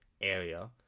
area